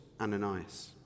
Ananias